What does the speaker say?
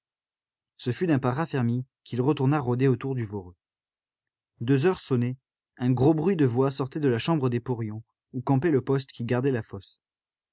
ce fut d'un pas raffermi qu'il retourna rôder autour du voreux deux heures sonnaient un gros bruit de voix sortait de la chambre des porions où campait le poste qui gardait la fosse